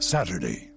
Saturday